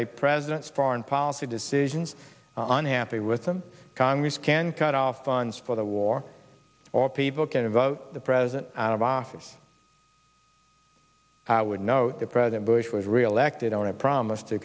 a president's foreign policy decisions unhappy with them congress can cut off funds for the war or people can vote the president out of office i would note that president bush was reelected on a promise to